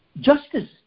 Justice